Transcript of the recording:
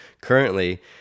currently